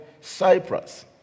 Cyprus